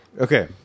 Okay